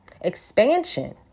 Expansion